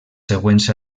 següents